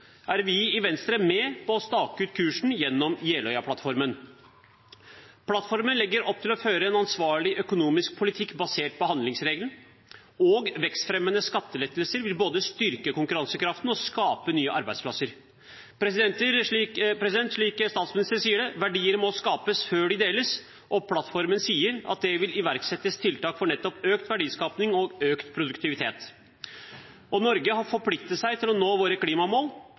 er vi i Venstre med på å stake ut kursen gjennom Jeløya-plattformen. Plattformen legger opp til å føre en ansvarlig økonomisk politikk basert på handlingsregelen. Vekstfremmende skattelettelser vil både styrke konkurransekraften og skape nye arbeidsplasser. Slik statsministeren sier det: Verdier må skapes før de deles, og plattformen sier at det vil iverksettes tiltak for nettopp økt verdiskaping og økt produktivitet. Norge har forpliktet seg til å nå våre klimamål,